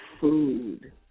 food